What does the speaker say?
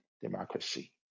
democracy